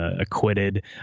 acquitted